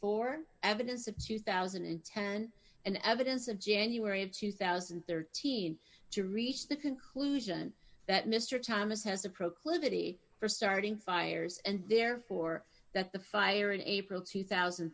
four evidence of two thousand and ten and evidence of january of two thousand there teen to reach the conclusion that mr thomas has a proclivity for starting fires and therefore that the fire in april two thousand